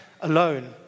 alone